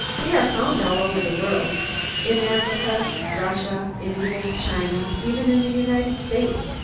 they are found all over the world in africa, russia, india, china, even in the united states.